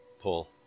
Pull